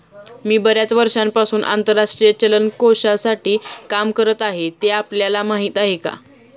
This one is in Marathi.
मी बर्याच वर्षांपासून आंतरराष्ट्रीय चलन कोशासाठी काम करत आहे, ते आपल्याला माहीत आहे का?